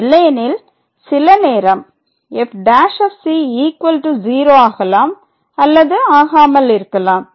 இல்லையெனில் சில நேரம் f'0 ஆகலாம் அல்லது ஆகாமல் இருக்கலாம்